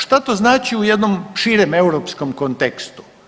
Šta to znači u jednom širem europskom kontekstu?